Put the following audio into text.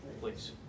Please